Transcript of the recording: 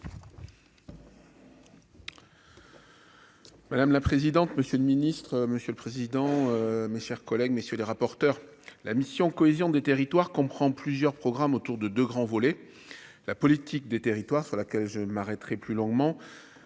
Madame la présidente, monsieur le ministre, monsieur le président, mes chers collègues, messieurs les rapporteurs, la mission cohésion des territoires comprend plusieurs programmes autour de 2 grands volets : la politique des territoires, sur laquelle je m'arrêterai plus longuement